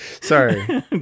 Sorry